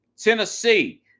Tennessee